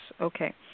Okay